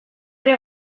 ere